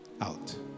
Out